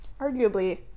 arguably